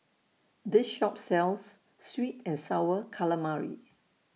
This Shop sells Sweet and Sour Calamari